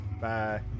Bye